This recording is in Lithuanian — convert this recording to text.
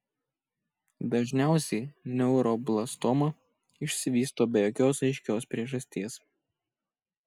dažniausiai neuroblastoma išsivysto be jokios aiškios priežasties